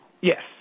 yes